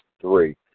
Three